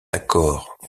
accord